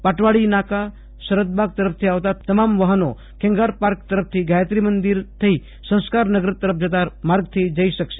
પાટવાડી નાકા શરદબાગ તરફથી આવતા તમામ વાહનો ખેંગાર પાર્ક તરફથી ગાચત્રી મંદિર થઇ સંસ્કારનગર તરફ જતા માર્ગેથી જઇ આવી શકશે